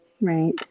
Right